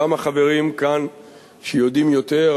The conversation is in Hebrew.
גם החברים כאן שיודעים יותר,